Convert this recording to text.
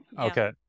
Okay